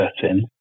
setting